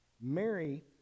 Mary